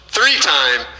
Three-time